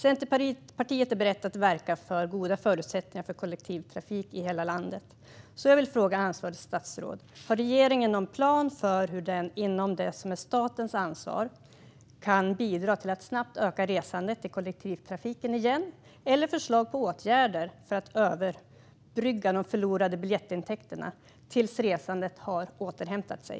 Centerpartiet är berett att verka för goda förutsättningar för kollektivtrafik i hela landet. Jag vill fråga ansvarigt statsråd: Har regeringen någon plan för hur man inom det som är statens ansvar kan bidra till att snabbt öka resandet i kollektivtrafiken igen, eller har man förslag på åtgärder för att överbrygga de förlorade biljettintäkterna tills resandet har återhämtat sig?